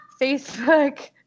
Facebook